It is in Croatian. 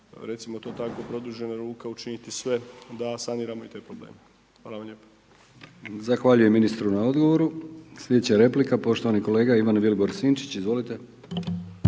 recimo to tako, produžena ruka, učiniti sve da saniramo i te probleme. Hvala vam lijepo. **Brkić, Milijan (HDZ)** Zahvaljujem ministru na odgovoru. Slijedeća replika poštovani kolega Ivan Vilibor Sinčić, izvolite.